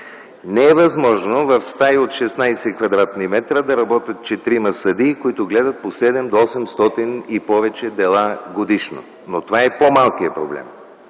Не е възможно в стаи от 16 кв. м да работят четирима съдии, които гледат по 700 до 800 и повече дела годишно, но това е по-малкият проблем.